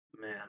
Man